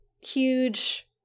huge